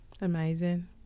amazing